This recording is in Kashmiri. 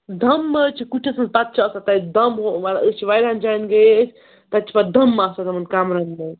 دَم ما حظ چھِ کُٹھِس پَتہٕ چھِ آسان تَتہِ دَم ہُہ أسۍ چھِ واریاہَن جایَن گٔیے أسۍ تَتہِ چھِ پَتہٕ دَم آسان تِمَن کَمرَن